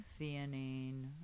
Theanine